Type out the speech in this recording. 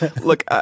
Look